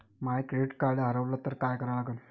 माय credit card हारवलं तर काय करा लागन?